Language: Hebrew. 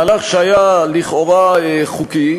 מהלך שהיה לכאורה חוקי,